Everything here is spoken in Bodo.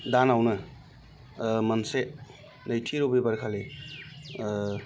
दानावनो मोनसे नैथि रबिबारखालि